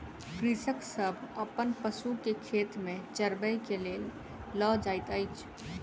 कृषक सभ अपन पशु के खेत में चरबै के लेल लअ जाइत अछि